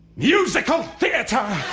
musical theater!